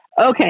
Okay